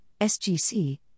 SGC